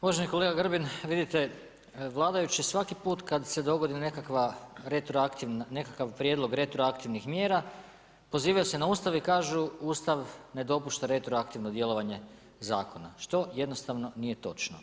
Uvaženi kolega Grbin, vidite vladajući svaki put kad se dogodi nekakva retroaktivna, nekakav prijedlog retroaktivnih mjera, pozivaju se na Ustav i kažu Ustav ne dopušta retroaktivno djelovanje zakona, što jednostavno nije točno.